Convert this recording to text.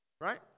Right